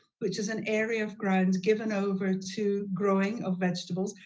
which is an area of ground given over to growing of vegetables.